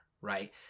right